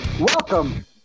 Welcome